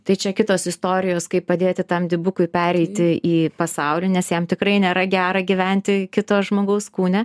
tai čia kitos istorijos kaip padėti tam dibukui pereiti į pasaulį nes jam tikrai nėra gera gyventi kito žmogaus kūne